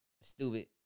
Stupid